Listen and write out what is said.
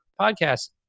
podcast